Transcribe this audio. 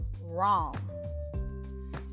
wrong